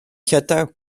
llydaw